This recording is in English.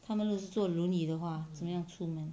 他们如果是坐轮椅的话怎样出门